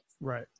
Right